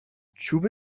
چوب